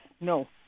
No